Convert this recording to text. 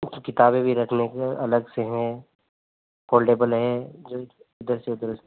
कुछ किताबें भी रखने के अलग से हैं फ़ोल्डबल है जो इधर से उधर